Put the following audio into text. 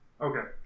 Okay